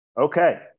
okay